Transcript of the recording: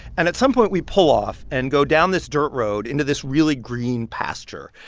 and at some point, we pull off and go down this dirt road into this really green pasture.